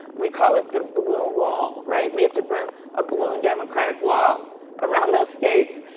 we call it the blue wall, right? we have to bring a blue democratic wall around those states,